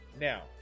now